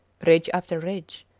ridge after ridge,